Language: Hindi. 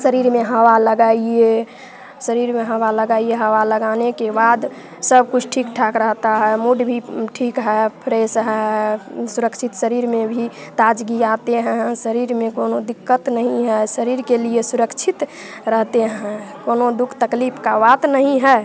शरीर में हवा लगाइए शरीर में हवा लगाइए हवा लगाने के बाद सब कुछ ठीक ठाक रहता है मूड भी ठीक है अब फ्रेस है सुरक्षित शरीर में भी ताजगी आते हैं शरीर में कौनों दिक्कत नहीं है शरीर के लिए सुरक्षित रहते हैं कौनो दुख तकलीफ का बात नहीं है